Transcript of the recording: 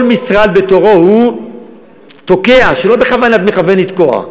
כל משרד בתורו הוא תוקע, שלא בכוונת מכוון לתקוע,